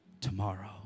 tomorrow